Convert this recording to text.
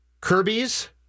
Kirby's